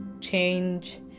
change